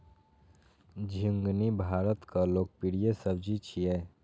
झिंगुनी भारतक लोकप्रिय सब्जी छियै